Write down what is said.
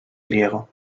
griego